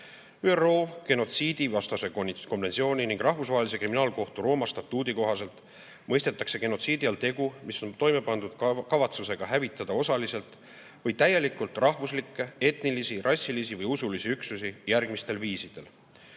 genotsiidivastase konventsiooni ning Rahvusvahelise Kriminaalkohtu Rooma statuudi kohaselt mõistetakse genotsiidi all tegu, mis on toime pandud kavatsusega hävitada osaliselt või täielikult rahvuslikke, etnilisi, rassilisi või usulisi üksusi järgmistel viisidel.